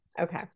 Okay